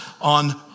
on